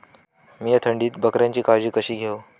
मीया थंडीत बकऱ्यांची काळजी कशी घेव?